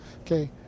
okay